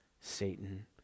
Satan